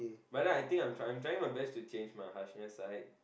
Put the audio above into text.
but then I think I'm trying I'm trying my best to change my harshness side